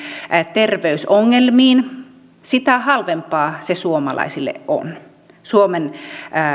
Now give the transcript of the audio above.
terveysongelmiin sitä halvempaa se suomalaisille on suomen